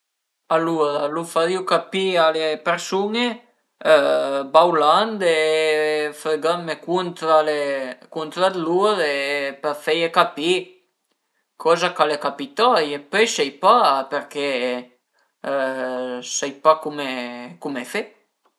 Alura lu farìu capì a le persun-e bauland e fregandme cuntra le cuntra d'lur për feie capì coza ch'al e capitaie e pöi sai pa perché sai pa cume fe